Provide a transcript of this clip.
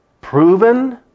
proven